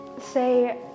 say